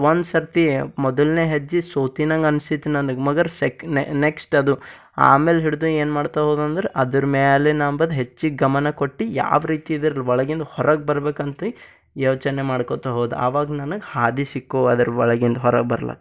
ಒಂದುಸರ್ತಿ ಮೊದಲನೇ ಹೆಜ್ಜೆ ಸೋತಿನಾಗ ಅನ್ಸಿತ್ತು ನನಗೆ ಮಗರ್ ಸೆಕೆಂಡ್ ನೆಕ್ಸ್ಟದು ಆಮೇಲೆ ಹಿಡಿದು ಏನು ಮಾಡ್ತಾ ಹೋದಂದರೆ ಅದರ ಮ್ಯಾಲೆ ನಾ ಅಂಬದು ಹೆಚ್ಚಿಗೆ ಗಮನ ಕೊಟ್ಟು ಯಾವ ರೀತಿ ಇದರ ಒಳಗಿಂದ ಹೊರಗೆ ಬರ್ಬೇಕಂತ ಯೋಚನೆ ಮಾಡ್ಕೋತ ಹೋದೆ ಆವಾಗ ನನಗೆ ಹಾದಿ ಸಿಕ್ಕವು ಅದರ ಒಳಗಿಂದ ಹೊರಗೆ ಬರ್ಲಕ್ಕೆ